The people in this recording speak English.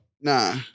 Nah